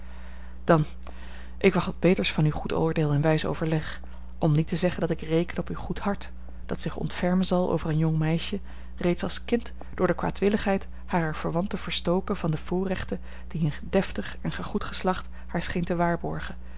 dan ik wacht wat beters van uw goed oordeel en wijs overleg om niet te zeggen dat ik reken op uw goed hart dat zich ontfermen zal over een jong meisje reeds als kind door de kwaadwilligheid harer verwanten verstoken van de voorrechten die een deftig en gegoed geslacht haar scheen te waarborgen